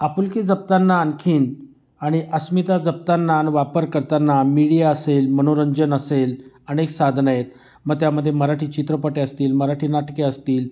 आपुलकी जपताना आणखीन आणि अस्मिता जपताना न वापर करताना मीडिया असेल मनोरंजन असेल अनेक साधन आहेत मग त्यामध्ये मराठी चित्रपट असतील मराठी नाटके असतील